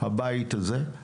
הבית הזה,